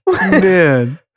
man